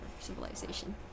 Civilization